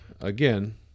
again